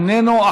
איננו,